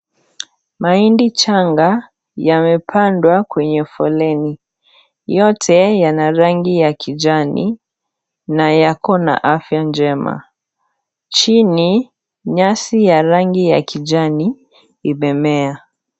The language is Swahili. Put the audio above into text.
Mahindi changa yamepandwa kwenye foleni. Yote yana rangi ya kijani na yako na afya njema. Chini nyasi ya rangi ya kijani imemea.